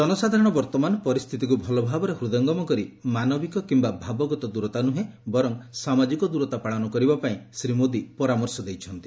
ଜନସାଧାରଣ ବର୍ତ୍ତମାନ ପରିସ୍ଥିତିକୁ ଭଲଭାବରେ ହୃଦୟଙ୍ଗମ କରି ମାନବିକ କିମ୍ବା ଭାବଗତ ଦୂରତା ନୁହେଁ ବରଂ ସାମାଜିକ ଦୂରତା ପାଳନ କରିବା ପାଇଁ ଶ୍ରୀ ମୋଦି ପରାମର୍ଶ ଦେଇଛନ୍ତି